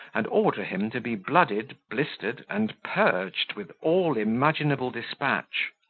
and order him to be blooded, blistered, and purged with all imaginable despatch.